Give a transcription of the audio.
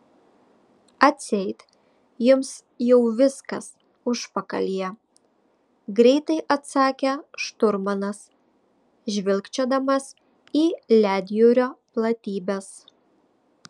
atseit jums jau viskas užpakalyje greitai atsakė šturmanas žvilgčiodamas į ledjūrio platybes